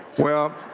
well,